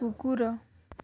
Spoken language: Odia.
କୁକୁର